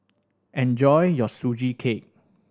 enjoy your Sugee Cake